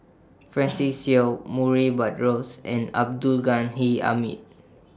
Francis Seow Murray Buttrose and Abdul Ghani Hamid